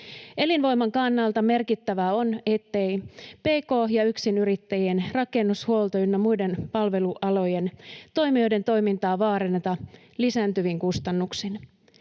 Elinvoiman kannalta merkittävää on, ettei pk- ja yksinyrittäjien, rakennus-, huolto- ynnä muiden palvelualojen toimijoiden toimintaa vaaranneta lisääntyvin kustannuksin.